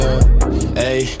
Ayy